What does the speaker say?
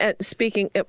speaking